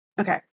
Okay